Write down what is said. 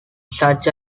such